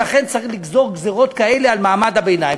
ולכן צריך לגזור גזירות כאלה על מעמד הביניים.